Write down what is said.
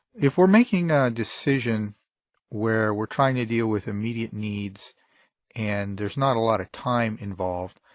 if we're making a decision where we're trying to deal with immediate needs and there's not a lot of time involved,